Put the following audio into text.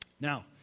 Now